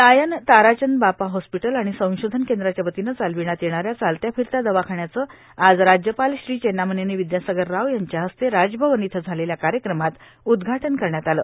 lion Tarachand Bapa hospital आणि संशोधन केंद्राच्यावतीने चालविण्यात येणाऱ्या चालत्या फिरत्या दवाखान्याचे आज राज्यपाल चेन्नामनेनी विद्यासागर राव यांच्या हस्ते राजभवन इथं झालेल्या कार्यक्रमात उद्घाटन करण्यात आले